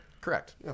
Correct